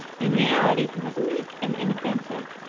in reality he was meek and inoffensive,